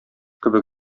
кебек